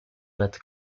let